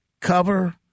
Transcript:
cover